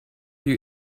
you